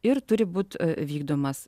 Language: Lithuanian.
ir turi būt vykdomas